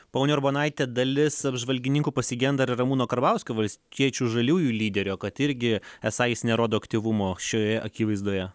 ponia urbonaite dalis apžvalgininkų pasigenda ir ramūno karbauskio valstiečių žaliųjų lyderio kad irgi esą jis nerodo aktyvumo šioje akivaizdoje